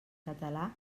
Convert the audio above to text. català